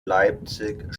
leipzig